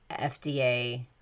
FDA